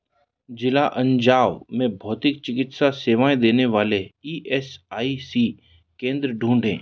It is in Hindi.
जिला अन्जाव में भौतिक चिकित्सा सेवाएं देने वाले इ एस आई सी केंद्र ढूँढे